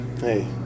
hey